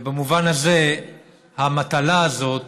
ובמובן הזה המטלה הזאת,